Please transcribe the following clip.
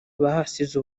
bahasize